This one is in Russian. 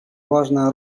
важная